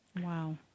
Wow